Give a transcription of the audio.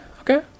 okay